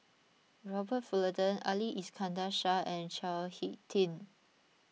Robert Fullerton Ali Iskandar Shah and Chao Hick Tin